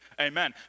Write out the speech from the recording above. Amen